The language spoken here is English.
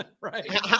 right